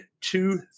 two